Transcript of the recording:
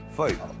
fight